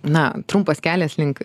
na trumpas kelias link